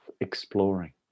exploring